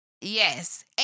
Yes